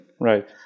right